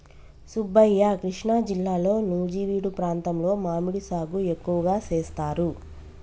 సుబ్బయ్య కృష్ణా జిల్లాలో నుజివీడు ప్రాంతంలో మామిడి సాగు ఎక్కువగా సేస్తారు